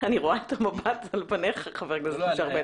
אני רואה את המבט על פניך, חבר הכנסת משה ארבל.